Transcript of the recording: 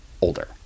older